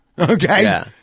Okay